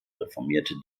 reformierte